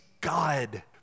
God